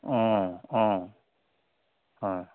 হয়